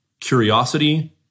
curiosity